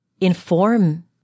inform